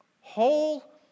whole